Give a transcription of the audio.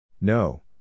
No